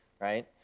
right